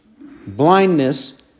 blindness